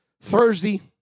Thursday